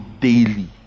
daily